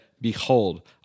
behold